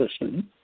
listen